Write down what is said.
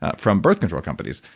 ah from birth control companies.